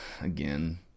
again